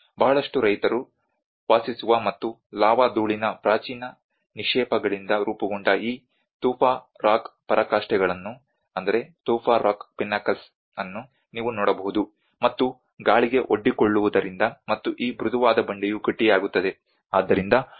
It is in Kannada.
ಬಹಳಷ್ಟು ರೈತರು ವಾಸಿಸುವ ಮತ್ತು ಲಾವಾ ಧೂಳಿನ ಪ್ರಾಚೀನ ನಿಕ್ಷೇಪಗಳಿಂದ ರೂಪುಗೊಂಡ ಈ ತುಫಾ ರಾಕ್ ಪರಾಕಾಷ್ಠೆಗಳನ್ನು ನೀವು ನೋಡಬಹುದು ಮತ್ತು ಗಾಳಿಗೆ ಒಡ್ಡಿಕೊಳ್ಳುವುದರಿಂದ ಮತ್ತು ಈ ಮೃದುವಾದ ಬಂಡೆಯು ಗಟ್ಟಿಯಾಗುತ್ತದೆ ಆದ್ದರಿಂದ ಒಳಾಂಗಣವು ದೃಢವಾದ ಗೋಡೆಗಳನ್ನು ಹೊಂದಿರುತ್ತದೆ